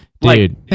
Dude